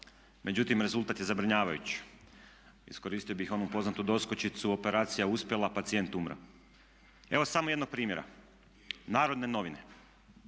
međutim rezultat je zabrinjavajući. Iskoristio bih onu poznatu doskočicu operacija uspjela, pacijent umro. Evo samo jednog primjera. Narodne novine,